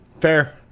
fair